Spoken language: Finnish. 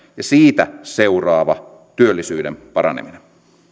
siitä seuraava työllisyyden paraneminen